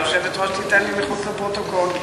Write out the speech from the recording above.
היושבת-ראש תיתן לי מחוץ לפרוטוקול.